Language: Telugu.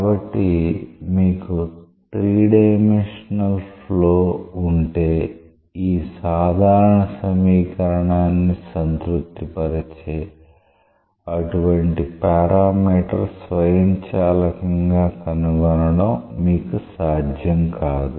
కాబట్టి మీకు 3 డైమెన్షనల్ ఫ్లో ఉంటే ఈ సాధారణ సమీకరణాన్ని సంతృప్తిపరిచే అటువంటి పారామీటర్ స్వయంచాలకంగా కనుగొనడం మీకు సాధ్యం కాదు